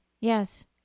Yes